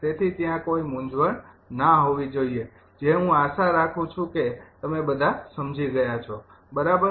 તેથી ત્યાં કોઈ મૂંઝવણ ન હોવી જોઈએ જે હું આશા રાખું છું કે તમે બધા સમજી ગયા છો બરાબર